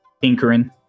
tinkering